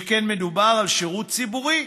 שכן מדובר על שירות ציבורי.